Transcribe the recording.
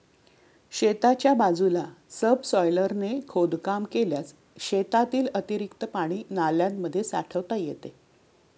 शेताच्या बाजूला सबसॉयलरने खोदकाम केल्यास शेतातील अतिरिक्त पाणी नाल्यांमध्ये साठवता येते